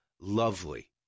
lovely